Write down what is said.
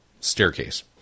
staircase